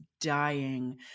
dying